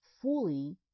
fully